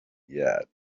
yet